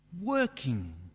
working